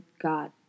God